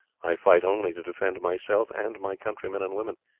i fight only to defend myself and my country men and women.